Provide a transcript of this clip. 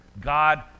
God